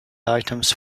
items